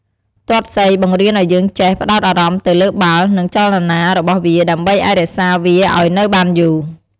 ទាត់សីបង្រៀនឱ្យយើងចេះ ផ្តោតអារម្មណ៍ទៅលើបាល់ និងចលនារបស់វា ដើម្បីអាចរក្សាវាឱ្យនៅបានយូរ។